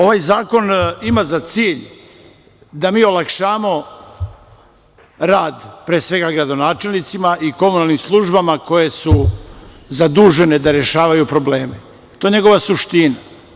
Ovaj zakon ima za cilj da mi olakšamo rad pre svega gradonačelnicima i komunalnim službama koje su zadužene da rešavaju probleme, to je njegova suština.